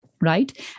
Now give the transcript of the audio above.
Right